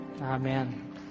Amen